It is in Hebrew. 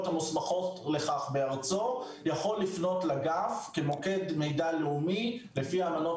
המוסמכות לכך בארצו יכול לפנות לגף כמוקד מידע לאומי לפי האמנות